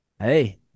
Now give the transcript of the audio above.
hey